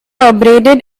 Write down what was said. abraded